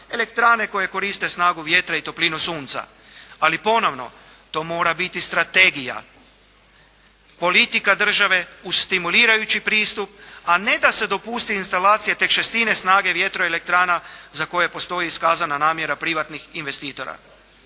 elektrane koje koriste snagu vjetra i toplinu sunca. Ali ponovno to mora biti strategija politika države uz stimulirajući pristup a ne da se dopusti instalacija tek šestine snage vjetroelektrana za koje postoji iskazana namjera privatnih investitora.